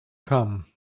come